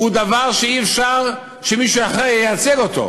היא דבר שאי-אפשר שמישהו אחר ייצג אותו.